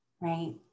Right